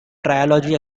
trilogy